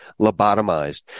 lobotomized